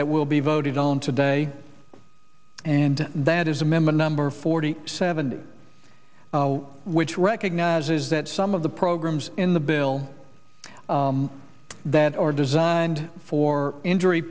that will be voted on today and that is a member number forty seven which recognizes that some of the programs in the bill that are designed for injury